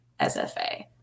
SFA